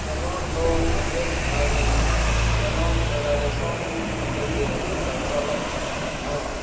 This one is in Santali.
ᱠᱷᱮᱞᱳᱰ ᱫᱚ ᱡᱮᱜᱮᱫ ᱟᱹᱨᱤ ᱠᱮᱱᱳ ᱯᱷᱮᱰᱟᱨᱮᱥᱚᱱ ᱦᱚᱛᱮ ᱛᱮ ᱪᱟᱪᱟᱞᱟᱜᱼᱟ